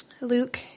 Luke